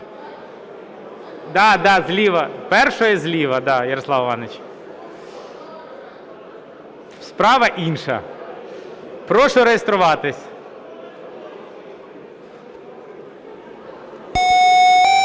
Да, да, зліва. Перша зліва, Ярослав Іванович, справа – інша. Прошу реєструватись.